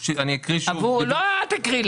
אני סתם מזכיר לכם שבפעם שעברה רשמתם ולא העברתם תשובה.